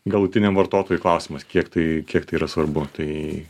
galutiniam vartotojui klausimas kiek tai kiek tai yra svarbu tai